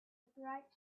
bright